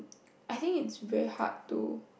I think it's very hard to